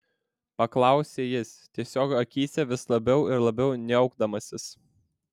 paklausė jis tiesiog akyse vis labiau ir labiau niaukdamasis